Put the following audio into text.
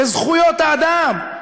לזכויות האדם,